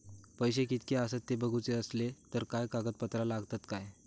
पैशे कीतके आसत ते बघुचे असले तर काय कागद पत्रा लागतात काय?